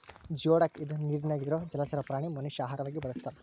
geoduck ಇದ ನೇರಿನ್ಯಾಗ ಇರು ಜಲಚರ ಪ್ರಾಣಿ ಮನಷ್ಯಾ ಆಹಾರವಾಗಿ ಬಳಸತಾರ